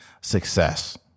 success